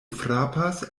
frapas